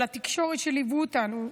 לתקשורת שליוותה אותנו,